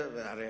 הרי